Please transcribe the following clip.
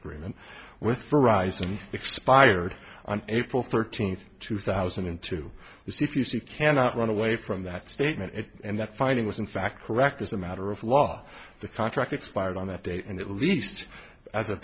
agreement with for arising expired on april thirteenth two thousand and two see if you see cannot run away from that statement it and that finding was in fact correct as a matter of law the contract expired on that date and at least a